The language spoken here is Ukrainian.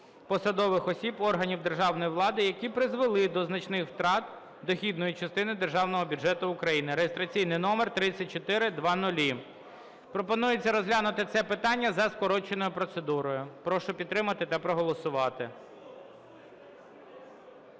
посадових осіб органів державної влади, які призвели до значних втрат дохідної частини Державного бюджету України" (реєстраційний номер 3400). Пропонується розглянути це питання за скороченою процедурою. Прошу підтримати та проголосувати.